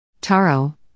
Taro